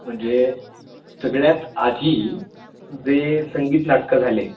म्हणजे सगळ्यात आधी जे संगीत नाटकं झाले